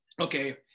Okay